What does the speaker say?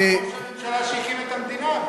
וגם ראש הממשלה שהקים את המדינה,